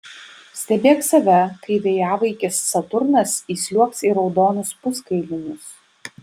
stebėk save kai vėjavaikis saturnas įsliuogs į raudonus puskailinius